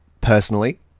personally